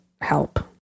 help